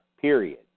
period